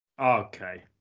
Okay